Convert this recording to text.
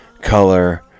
color